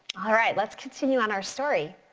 all right, let's continue on our story.